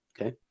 Okay